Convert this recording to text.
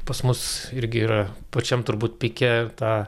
pas mus irgi yra pačiam turbūt pike ta